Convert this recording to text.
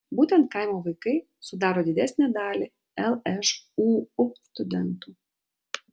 būtent kaimo vaikai sudaro didesnę dalį lžūu studentų